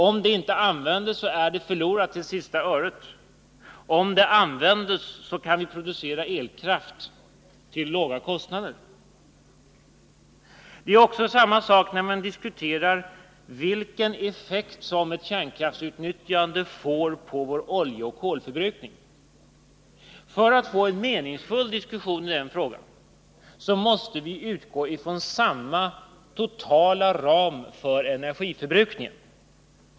Om de kärnkraftverken inte används är kapitalet förlorat till sista öret. Om de används kan vi producera elkraft till låga kostnader. Det är samma sak när man diskuterar vilken effekt ett kärnkraftsutnyttjande får på vår oljeoch kolförbrukning. För att få en meningsfull diskussion i den frågan måste vi utgå från samma totala ram för energiförbrukningen.